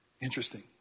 interesting